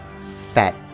fat